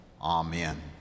Amen